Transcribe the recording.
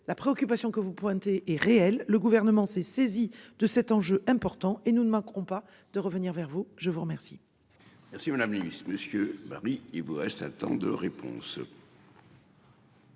la préoccupation que vous pointez est réel. Le gouvernement s'est saisi de cet enjeu important et nous ne manquerons pas de revenir vers vous, je vous remercie.